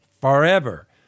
forever